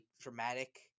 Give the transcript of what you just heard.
dramatic